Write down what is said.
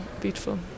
beautiful